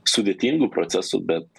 sudėtingų procesų bet